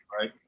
right